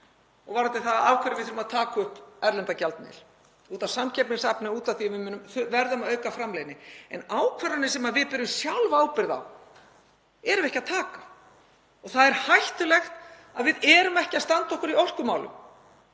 og varðandi það af hverju við þurfum að taka upp erlendan gjaldmiðil. Það er út af samkeppnishæfni, af því að við verðum að auka framleiðni. Og ákvarðanir sem við berum sjálf ábyrgð á erum við ekki að taka. Það er hættulegt að við erum ekki að standa okkur í orkumálum.